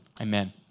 amen